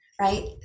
right